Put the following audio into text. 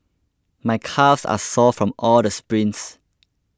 my calves are sore from all the sprints